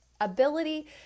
ability